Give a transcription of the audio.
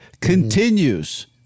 continues